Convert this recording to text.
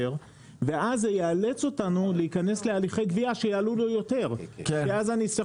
ואז זה יאלץ אותנו להיכנס להליכי גבייה שיעלו לו יותר כי אז אני אצטרך